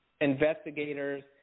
investigators